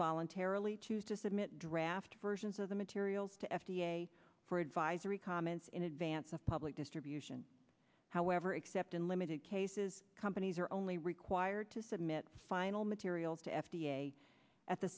voluntarily choose to submit draft versions of the materials to f d a for advisory comments in advance of public distribution however except in limited cases companies are only required to submit final materials to f d a at the